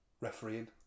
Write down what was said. refereeing